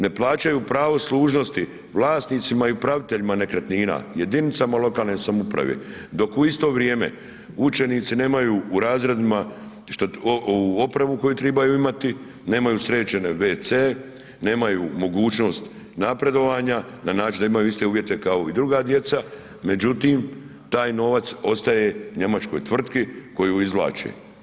Ne plaćaju pravo služnosti vlasnicima i upraviteljima nekretnina, jedinicama lokalne samouprave, dok u isto vrijeme učenici nemaju u razredima opremu koju trebaju imati, nemaju sređene wc-e, nemaju mogućnost napredovanja, na način da imaju iste uvjete kao i druga djeca, međutim, taj novac ostaje njemačkoj tvrtki koju izvlače.